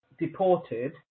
deported